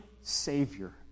Savior